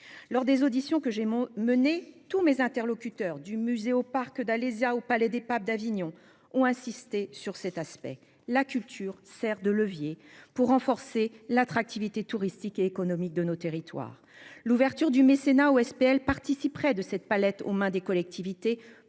Lors des auditions que j'ai menées, tous mes interlocuteurs, du MuséoParc Alésia au Palais des papes d'Avignon, ont insisté sur cet aspect : la culture sert de levier pour renforcer l'attractivité touristique et économique des territoires. L'ouverture du mécénat aux SPL élargirait la palette aux mains des collectivités